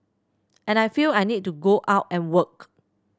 and I feel I need to go out and work